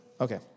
Okay